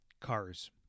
Cars